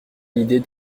l’idée